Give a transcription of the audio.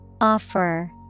Offer